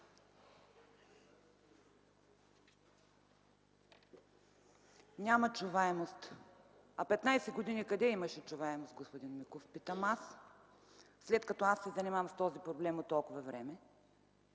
„Няма чуваемост”, а 15 години къде имаше чуваемост, господин Миков, питам аз? Аз се занимавам с този проблем от толкова време.